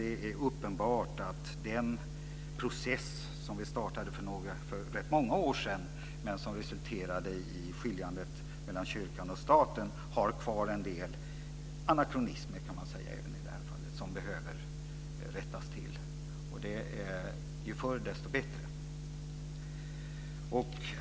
Det är uppenbart att den process som vi startade för rätt många år sedan, som resulterade i att kyrkan och staten skildes, har kvar en del anakronismer som behöver rättas till - ju förr desto bättre.